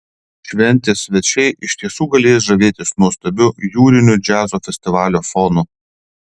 šventės svečiai iš tiesų galės žavėtis nuostabiu jūriniu džiazo festivalio fonu